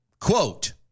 Quote